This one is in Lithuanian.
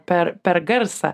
per per garsą